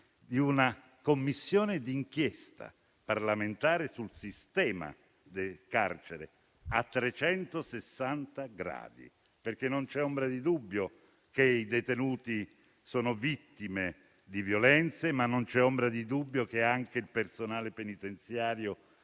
di una Commissione d'inchiesta parlamentare sul sistema del carcere a 360 gradi, perché non c'è ombra di dubbio che i detenuti siano vittime di violenze, ma non c'è ombra di dubbio che anche il personale penitenziari